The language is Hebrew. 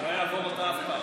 זה לא יעבור אותה אף פעם.